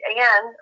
Again